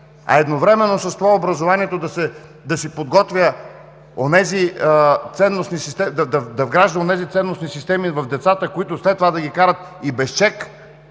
а едновременно с това образованието да вгражда онези ценностни системи в децата, които след това да ги карат и без чек,